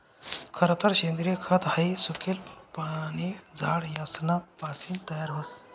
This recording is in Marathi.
खरतर सेंद्रिय खत हाई सुकेल पाने, झाड यासना पासीन तयार व्हस